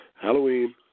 Halloween